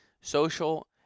social